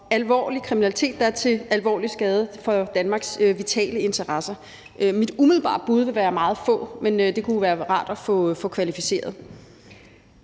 alvorlig kriminalitet, der er til alvorlig skade for Danmarks vitale interesser. Mit umiddelbare bud vil være meget få, men det kunne være rart at få det kvalificeret.